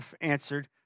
Answered